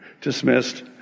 dismissed